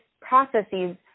processes